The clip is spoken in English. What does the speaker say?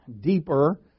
deeper